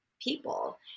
people